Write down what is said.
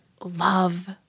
love